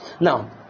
now